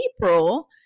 April